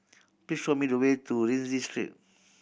please show me the way to Rienzi Street